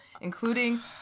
including